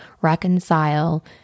reconcile